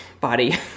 body